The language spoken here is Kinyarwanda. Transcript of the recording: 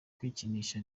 kwikinisha